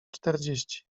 czterdzieści